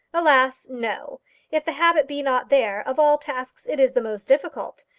alas, no if the habit be not there, of all tasks it is the most difficult.